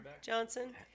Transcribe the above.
Johnson